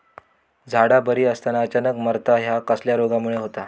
झाडा बरी असताना अचानक मरता हया कसल्या रोगामुळे होता?